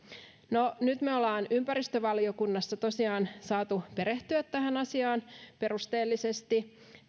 no nyt me olemme ympäristövaliokunnassa tosiaan saaneet perehtyä tähän asiaan perusteellisesti